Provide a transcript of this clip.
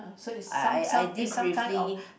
I I I did briefly